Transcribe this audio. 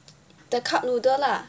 the cup noodle lah